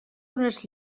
unes